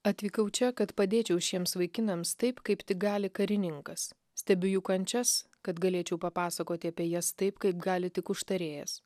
atvykau čia kad padėčiau šiems vaikinams taip kaip gali karininkas stebiu jų kančias kad galėčiau papasakoti apie jas taip kaip gali tik užtarėjas